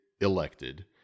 elected